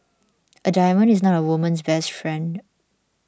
a diamond is not a woman's best friend